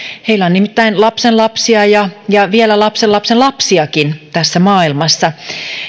heillä on nimittäin lapsenlapsia ja ja vielä lapsenlapsenlapsiakin tässä maailmassa